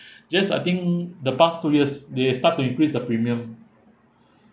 just I think the past two years they start to increase the premium